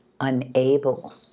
unable